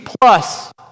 plus